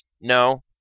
No